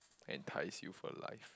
entice you for life